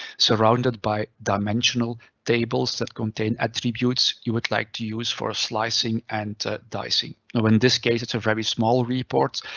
surrounded by dimensional tables that contain attributes you would like to use for slicing and dicing. well, in this case it's a very small reports,